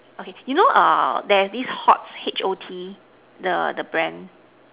okay you know err there is this hot H_O_T the the brand